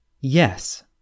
Yes